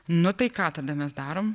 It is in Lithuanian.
nu tai ką tada mes darom